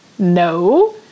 No